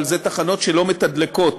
אבל אלו תחנות שלא מתדלקות